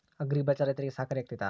Agri bazaar ರೈತರಿಗೆ ಸಹಕಾರಿ ಆಗ್ತೈತಾ?